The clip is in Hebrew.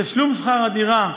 תשלום שכר הדירה,